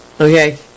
Okay